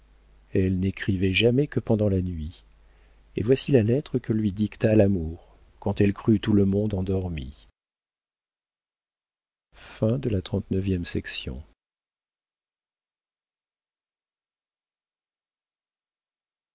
elle n'écrivait jamais que pendant la nuit et voici la lettre que lui dicta l'amour quand elle crut tout le monde endormi